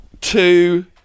two